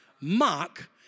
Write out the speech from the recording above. mock